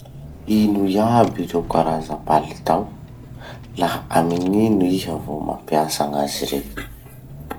Ino iaby ireo karaza palitao? Laha amy gn'ino iha vao mampiasa gn'azy rey?